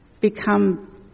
become